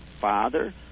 father